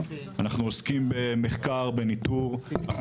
אנחנו עוסקים במחקר, בניטור.